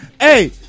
Hey